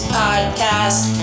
podcast